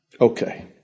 Okay